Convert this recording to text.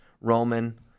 Roman